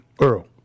Earl